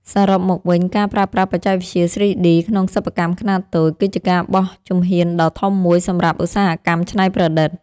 សរុបមកវិញការប្រើប្រាស់បច្ចេកវិទ្យា 3D ក្នុងសិប្បកម្មខ្នាតតូច គឺជាការបោះជំហានដ៏ធំមួយសម្រាប់ឧស្សាហកម្មច្នៃប្រឌិត។